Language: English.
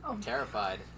terrified